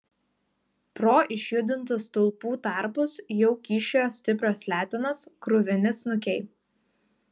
pro išjudintų stulpų tarpus jau kyščiojo stiprios letenos kruvini snukiai